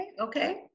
okay